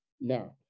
Now